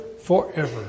forever